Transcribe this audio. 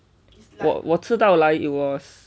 我我吃到来 it was